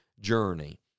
journey